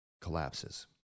collapses